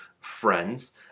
friends